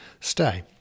stay